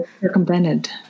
circumvented